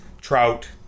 trout